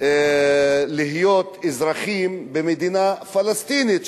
להיות אזרחים במדינה פלסטינית,